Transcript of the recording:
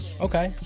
Okay